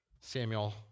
Samuel